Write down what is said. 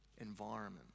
environment